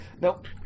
Nope